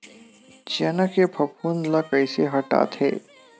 चना के फफूंद ल कइसे हटाथे?